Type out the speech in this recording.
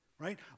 right